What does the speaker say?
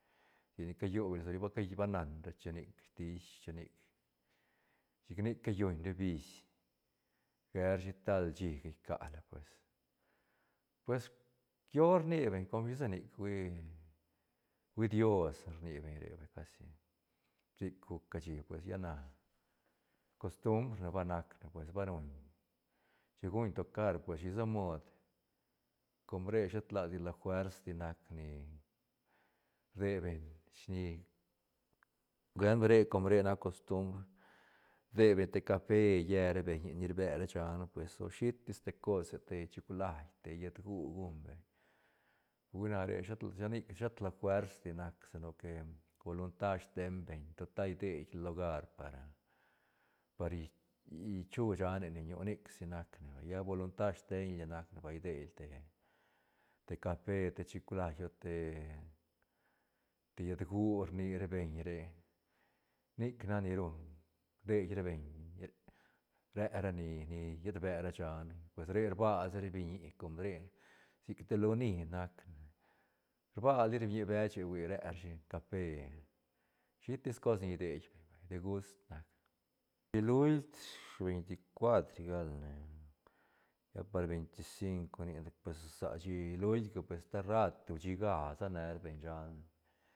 Sini callu beñ sac baca ba nan ra chunic stiis chunic chic nic callunra bis gerashi tal shí cala pues- pues llo rni beñ com shisa nic hui- hui dios rni beñ re vay casi sic guc cashi pues lla na costumbr ne ba nacne pues ba ruñ chi guñ tocar pues shisa mod com re shet ladi la fuers di nac ni rdei beñ gue re com re nac costumbr rdei beñ te café lle ra beñe ni rbe ra shan pues o shitis te cose te choclai te lletgu guñ beñ hui na re shet sa nic shet la fuers di nac sinoque bolunta steiñ beñ total idei beñ lugar para par chu shane leñu nic si nacne vay lla bolunta steiñla nac bal ideala te- te café te choclai o te lletgu rni ra beñ re nic nac ni ruñ rdei beñ re ra ni- ni llet rbe ra shan pues re rbasa ra biñi com re sic te loni nacne rba li ra biñi beche hui re rashi café shitis cos ni idei beñ degust nac ne, shí luil venti cuatra gal ne lla par venti cinco nic pues sa shí luilga pues te rat ushiga se ne ra beñ san.